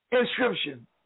inscription